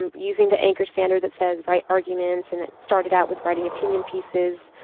um using the anchor standard that says, write arguments and that started out with writing opinion pieces.